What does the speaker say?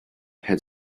had